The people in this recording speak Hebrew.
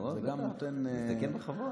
לא, נותן כבוד.